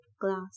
glass